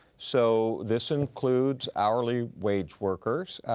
so this includes hourly wage workers.